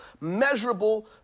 measurable